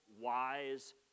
wise